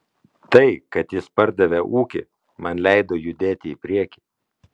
tai kad jis pardavė ūkį man leido judėti į priekį